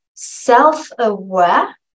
self-aware